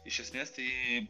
iš esmės tai